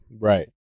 Right